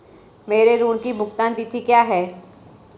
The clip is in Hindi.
मेरे ऋण की भुगतान तिथि क्या है?